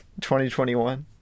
2021